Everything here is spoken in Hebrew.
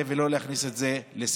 הרי ישבנו בוועדת כספים,